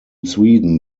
sweden